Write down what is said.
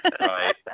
right